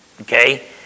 Okay